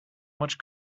much